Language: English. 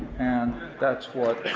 and that's what,